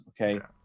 okay